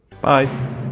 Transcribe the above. Bye